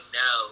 no